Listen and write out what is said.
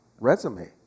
resume